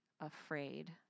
afraid